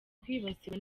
kwibasirwa